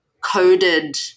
coded